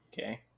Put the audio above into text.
Okay